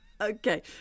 Okay